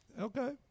Okay